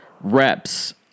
reps